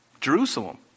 Jerusalem